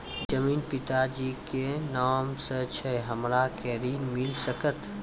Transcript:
जमीन पिता जी के नाम से छै हमरा के ऋण मिल सकत?